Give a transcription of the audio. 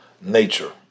nature